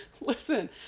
listen